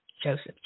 Joseph